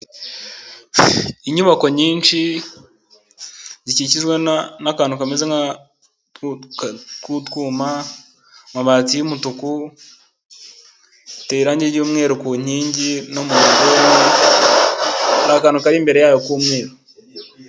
Inyubako nyinshi zikikizwa n'akantu kameze nk'utwuma, amabati y'umutuku, iteranye y'umweru ku nkingi no mu nguni, hari akantu kari imbere yayo k'umweru.